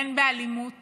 בין באלימות